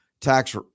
tax